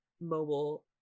mobile